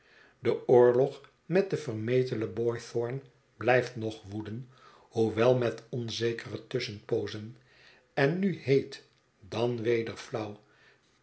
de oorlog met den vermetelen boythorn blijft nog woeden hoewel met onzekere tusschenpoozen en nu heet dan weder flauw